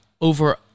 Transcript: over